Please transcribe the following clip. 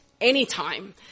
anytime